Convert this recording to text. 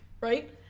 right